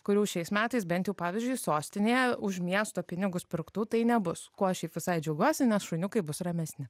kurių šiais metais bent jau pavyzdžiui sostinėje už miesto pinigus pirktų tai nebus kuo aš šiaip visai džiaugiuosi nes šuniukai bus ramesni